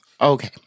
Okay